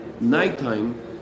nighttime